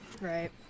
right